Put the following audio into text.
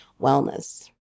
wellness